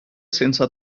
senza